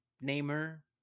namer